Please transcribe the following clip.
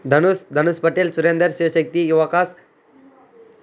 Dhanush Dhanush Patel Surender Sivasakthi Yuvakash